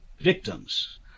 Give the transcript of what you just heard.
victims